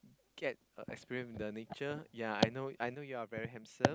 get uh experience the nature yea I know I know you are very handsome